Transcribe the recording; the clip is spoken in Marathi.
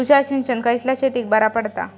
तुषार सिंचन खयल्या शेतीक बरा पडता?